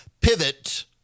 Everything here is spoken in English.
pivot